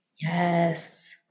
yes